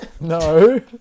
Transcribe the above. No